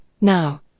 Now